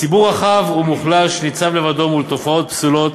ציבור רחב ומוחלש ניצב לבדו מול תופעות פסולות